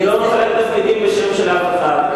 אני לא מחלק תפקידים בשם אף אחד.